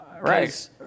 right